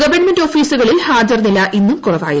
government ഓഫീസുകളിൽ ഹാജർനില ഇന്നും കുറവായിരുന്നു